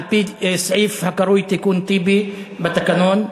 על-פי סעיף הקרוי "תיקון טיבי" בתקנון.